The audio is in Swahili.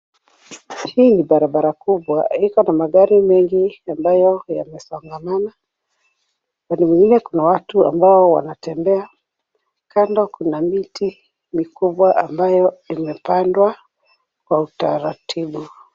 Hii ni barabara kubwa iko na magari mengi ambayo yamesongamana. Pande nyinginye kuna watu ambao wanatembea. Kando kuna miti mikubwa ambayo imepandwa kwa utaratibu.